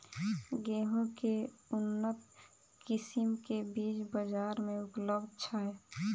गेंहूँ केँ के उन्नत किसिम केँ बीज बजार मे उपलब्ध छैय?